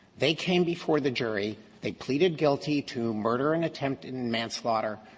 they came before the jury. they pleaded guilty to murder and attempt in manslaughter.